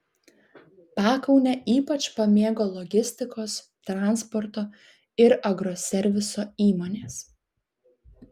pakaunę ypač pamėgo logistikos transporto ir agroserviso įmonės